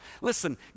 Listen